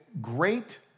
great